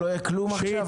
שלא יהיה כלום עכשיו?